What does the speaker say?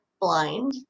blind